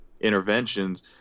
interventions